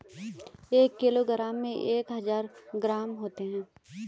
एक किलोग्राम में एक हजार ग्राम होते हैं